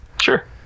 Sure